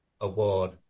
Award